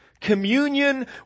Communion